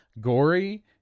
gory